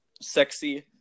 sexy